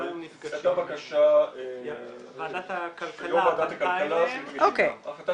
הייתה בקשה שיו"ר ועדת הכלכלה -- -ההחלטה